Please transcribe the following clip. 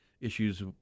issues